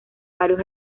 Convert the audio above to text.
varios